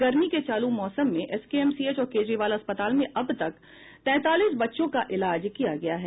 गर्मी के चालू मौसम में एसकेएमसीएच और केजरीवाल अस्पताल में अब तक तैंतालीस बच्चों का इलाज किया गया है